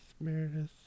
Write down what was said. Meredith